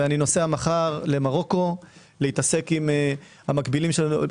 ואני נוסע מחר למרוקו להתעסק עם המקבילים שלנו.